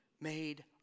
made